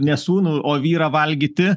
ne sūnų o vyrą valgyti